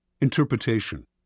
Interpretation